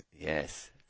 Yes